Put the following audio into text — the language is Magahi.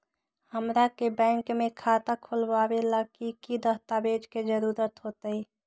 हमरा के बैंक में खाता खोलबाबे ला की की दस्तावेज के जरूरत होतई?